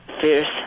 fierce